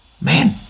man